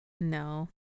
no